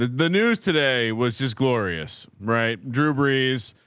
the news today was just glorious. right? drew brees